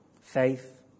Faith